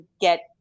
get